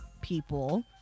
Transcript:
people